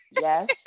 Yes